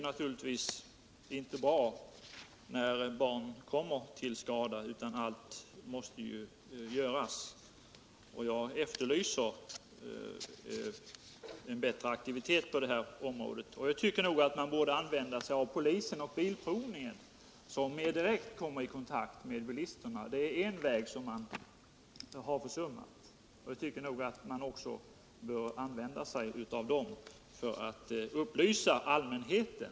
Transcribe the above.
Naturligtvis är det inte bra när barn kommer till skada, och därför måste allt göras för att förhindra att det sker. Jag efterlyser alltså en bättre aktivitet på det här området. Som jag sade borde man använda polisen och Svensk Bilprovning, som mera direkt kommer i kontakt med bilisterna. Det är en väg som man har försummat när det gäller att upplysa allmänheten.